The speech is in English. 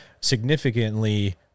significantly